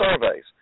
surveys